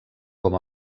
com